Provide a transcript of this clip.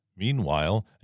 Meanwhile